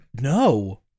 no